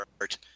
art